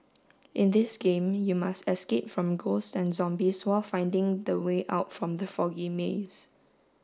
in this game you must escape from ghosts and zombies while finding the way out from the foggy maze